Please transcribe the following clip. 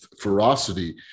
ferocity